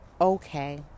okay